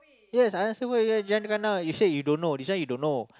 yeah I answer why you kena you said you don't know this one you don't know